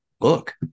look